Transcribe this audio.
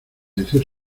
decir